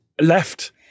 left